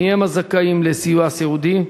1. מה הם הקריטריונים לזכאות לסיוע סיעודי?